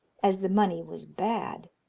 as the money was bad.